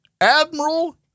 Admiral